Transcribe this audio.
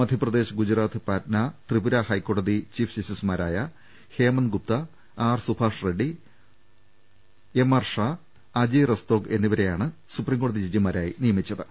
മധ്യപ്രദേശ് ഗുജറാ ത്ത് പാറ്റ്ന ത്രിപുര ഹോക്കോടതി ചീഫ് ജസ്റ്റിസുമാരായ Hemant Gupta R സുഭാഷ്റെഡ്സി M Arsha Ajay റ സ്തോഗ് എന്നിവരെയാണ് സുപ്രീംകോടതി ജഡ്ജിമാരായി നിയ മിച്ചത്